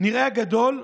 נראה גדול,